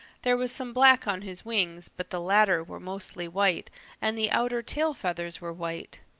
there was some black on his wings, but the latter were mostly white and the outer tail feathers were white.